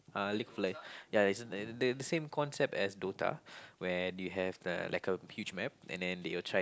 uh League ya isn't the the same concept as Dota where you have the like a huge map and then they will try